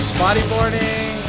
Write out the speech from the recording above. bodyboarding